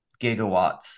gigawatts